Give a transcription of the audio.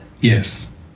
Yes